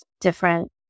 different